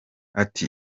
ati